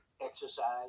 exercise